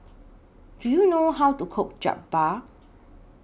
Do YOU know How to Cook Jokbal